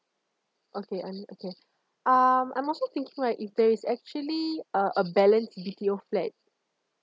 okay I'm okay um I'm also think right if there is actually a a balance B_T_O flat